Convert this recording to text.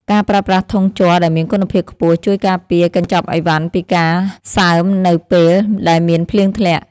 ការប្រើប្រាស់ធុងជ័រដែលមានគុណភាពខ្ពស់ជួយការពារកញ្ចប់អីវ៉ាន់ពីការសើមនៅពេលដែលមានភ្លៀងធ្លាក់។